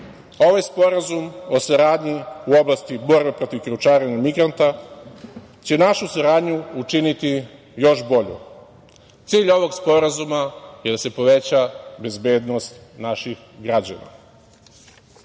Ovaj Sporazum o saradnji u oblasti borbe protiv krijumčarenja migranta će našu saradnju učiniti još boljom. Cilj ovog sporazuma je da se poveća bezbednost naših